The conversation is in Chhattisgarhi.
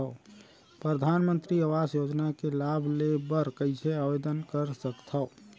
परधानमंतरी आवास योजना के लाभ ले बर कइसे आवेदन कर सकथव?